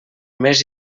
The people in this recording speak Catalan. mes